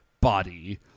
Body